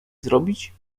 zrobić